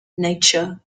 nature